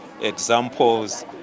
examples